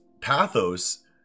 pathos